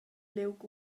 liug